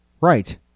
Right